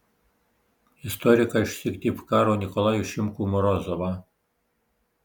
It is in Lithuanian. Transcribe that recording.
istoriką iš syktyvkaro nikolajų šimkų morozovą